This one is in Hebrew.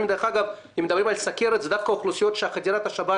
היום אדם שאין לו ביטוח משלים לא מקבל